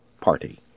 Party